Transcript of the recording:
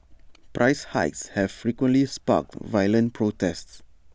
price hikes have frequently sparked violent protests